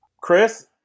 Chris